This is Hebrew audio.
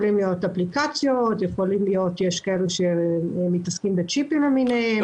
יכולות להיות אפליקציות או יכולים להיות צ'יפים למיניהם.